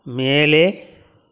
மேலே